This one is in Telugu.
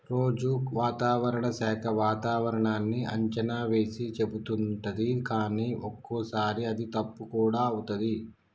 రోజు వాతావరణ శాఖ వాతావరణన్నీ అంచనా వేసి చెపుతుంటది కానీ ఒక్కోసారి అది తప్పు కూడా అవుతది